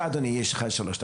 אדוני, יש לך שלוש דקות.